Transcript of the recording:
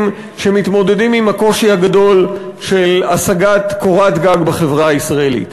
שמתמודדים עם הקושי הגדול של השגת קורת גג בחברה הישראלית.